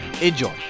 Enjoy